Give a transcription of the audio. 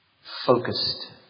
focused